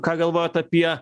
ką galvojat apie